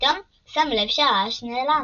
כשפתאום שם לב שהרעש נעלם.